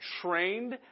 trained